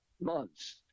months